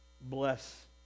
bless